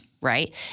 Right